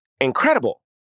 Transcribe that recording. incredible